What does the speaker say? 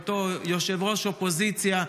בהיותו ראש אופוזיציה,